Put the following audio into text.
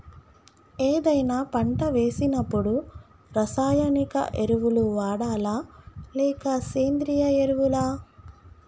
ఏదైనా పంట వేసినప్పుడు రసాయనిక ఎరువులు వాడాలా? లేక సేంద్రీయ ఎరవులా?